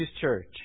church